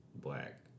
black